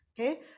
Okay